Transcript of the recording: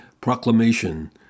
proclamation